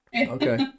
okay